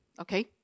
okay